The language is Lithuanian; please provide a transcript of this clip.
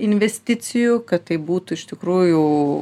investicijų kad tai būtų iš tikrųjų